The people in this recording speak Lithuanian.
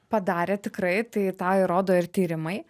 padarė tikrai tai tą įrodo ir tyrimai